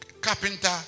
carpenter